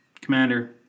commander